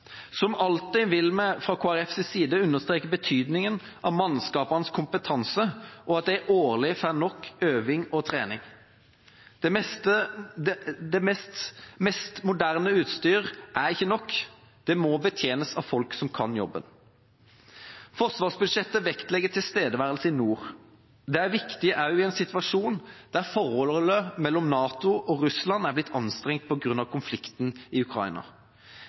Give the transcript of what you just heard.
Som alltid vil vi fra Kristelig Folkepartis side understreke betydningen av mannskapenes kompetanse og at de årlig får nok øving og trening. Det mest moderne utstyr er ikke nok. Det må betjenes av folk som kan jobben. Forsvarsbudsjettet vektlegger tilstedeværelse i nord. Det er viktig også i en situasjon hvor forholdet mellom NATO og Russland er blitt anstrengt på grunn av konflikten i Ukraina.